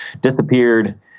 disappeared